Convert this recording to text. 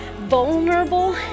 vulnerable